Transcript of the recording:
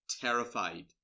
terrified